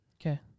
Okay